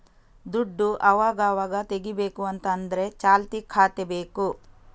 ದುಡ್ಡು ಅವಗಾವಾಗ ತೆಗೀಬೇಕು ಅಂತ ಆದ್ರೆ ಚಾಲ್ತಿ ಖಾತೆ ಬೇಕು